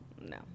No